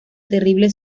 terrible